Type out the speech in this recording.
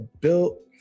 built